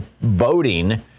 voting